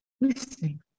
listening